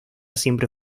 siempre